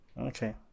Okay